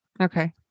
Okay